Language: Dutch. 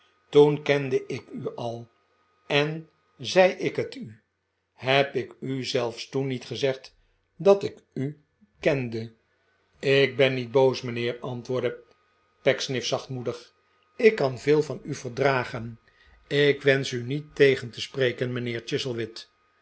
toen kende ik u al en zei ik het u heb ik u zelfs toen niet gezegd dat ik u kende ik ben niet boos mijnheer antwoordde pecksniff zachtmoedig ik kan veel van u verdragen ik wensch u niet tegen te spreken mijnheer chuzzlewit